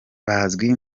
bazwi